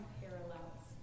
parallels